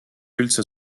üldse